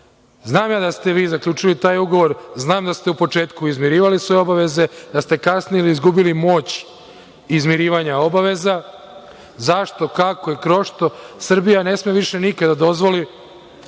ja da ste vi zaključili taj ugovor, znam da ste u početku izmirivali svoje obaveze, da ste kasnili, izgubili moć izmirivanja obaveza, zašto, kako, i kroz šta Srbija ne sme više nikada da dozvoli